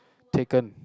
Taken